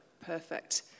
perfect